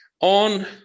on